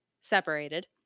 separated